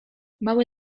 mały